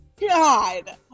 God